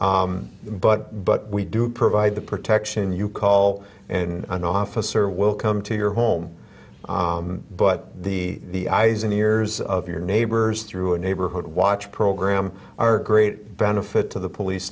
but but we do provide the protection you call in an officer will come to your home but the eyes and ears of your neighbors through a neighborhood watch program are great benefit to the police